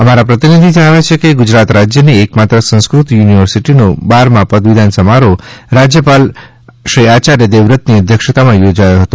અમારા પ્રતિનિધિ જણાવે છે કે ગુજરાત રાજ્ય ની એકમાત્ર સંસ્કૃત યુનિવર્સિટી નો બારમાં પદવીદાન સમારોહ રાજ્યપાલ શ્રી આયાર્ય દેવવ્રત ની અધ્યક્ષતા માં યોજાયો હતો